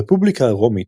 הרפובליקה הרומית,